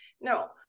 No